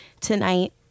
tonight